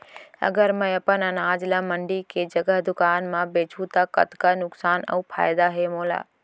अगर मैं अपन अनाज ला मंडी के जगह दुकान म बेचहूँ त कतका नुकसान अऊ फायदा हे मोला?